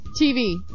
TV